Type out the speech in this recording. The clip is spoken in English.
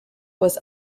was